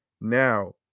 Now